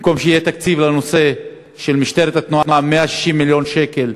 במקום שהתקציב לנושא של משטרת התנועה יהיה 160 מיליון שקלים,